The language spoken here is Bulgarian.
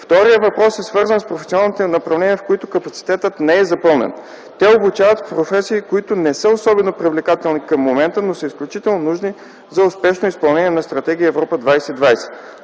Вторият въпрос е свързан с професионалните направления, в които капацитетът не е запълнен. Те обучават в професии, които не са особено привлекателни към момента, но са изключително нужни за успешното изпълнение на Стратегия „Европа 2020”.